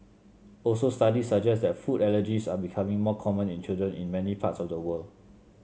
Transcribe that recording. also studies suggest that food allergies are becoming more common in children in many parts of the world